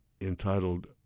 Entitled